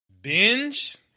binge